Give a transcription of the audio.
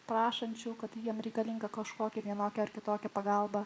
prašančių kad jiems reikalinga kažkokia vienokią ar kitokią pagalbą